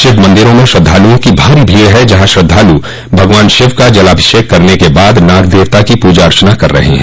शिव मंदिरों में श्रद्वालुओं की भारी भीड़ है जहां श्रद्वालू भगवान शिव का जलाभिषेक करने के बाद नाग देवता की ँपूजा अर्चना कर रहे हैं